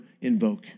invoke